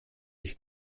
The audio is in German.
ich